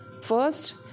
First